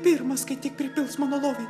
pirmas kai tik pripils mano lovį